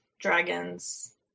dragons